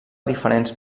diferents